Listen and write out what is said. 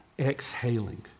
exhaling